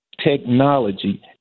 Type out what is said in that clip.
technology